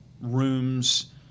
rooms